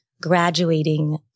graduating